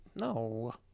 No